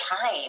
time